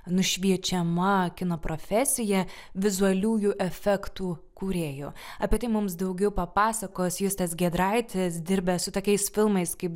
nušviečiama kino profesija vizualiųjų efektų kūrėjo apie tai mums daugiau papasakos justas giedraitis dirbęs su tokiais filmais kaip